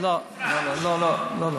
לא, לא.